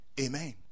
Amen